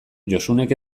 josunek